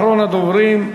אחרון הדוברים,